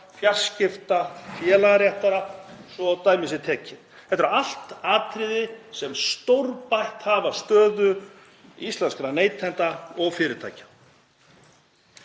fjarskipta og félagaréttar, svo dæmi sé tekið. Þetta eru allt atriði sem hafa stórbætt stöðu íslenskra neytenda og fyrirtækja.